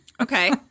Okay